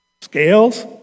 Scales